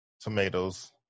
tomatoes